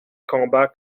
combats